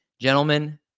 gentlemen